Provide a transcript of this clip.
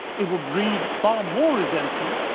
it will breed far more resentment.